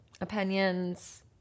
opinions